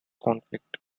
conflict